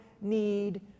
need